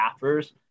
staffers